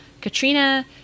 Katrina